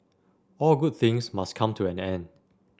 all good things must come to an end